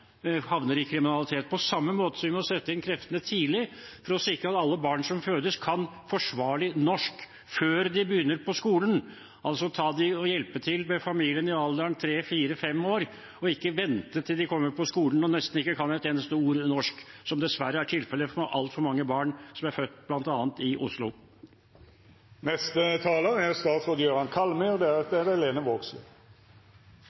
havner i kriminalitet – på samme måte som vi må sette inn kreftene tidlig for å sikre at alle barn som fødes, kan forsvarlig norsk før de begynner på skolen, ved å hjelpe dem i 3-, 4- og 5-årsalderen, og ikke vente til de kommer på skolen og nesten ikke kan et eneste ord norsk, noe som dessverre er tilfelle for altfor mange barn som er født bl.a. i Oslo. Jeg tror det er